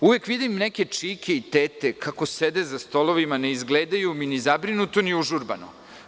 Uvek vidim neke čike i tete kako sede za stolovima, ne izgledaju mi ni zabrinuto ni užurbano.